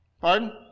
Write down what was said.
Pardon